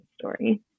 story